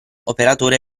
operatore